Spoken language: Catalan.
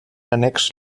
annex